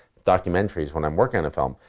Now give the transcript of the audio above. documentaries, when i'm working on a film.